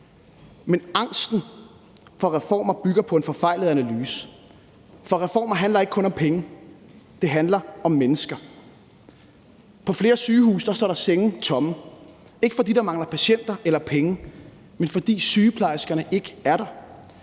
Men angsten for reformer bygger på en forfejlet analyse, for reformer handler ikke kun om penge, de handler om mennesker. På flere sygehuse står der senge tomme, ikke fordi der mangler patienter eller penge, men fordi sygeplejerskerne ikke er der.